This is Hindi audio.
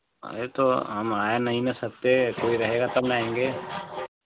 अरे तो हम आए नहीं न सकते कोई रहेगा तब न आएँगे